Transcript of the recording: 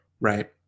right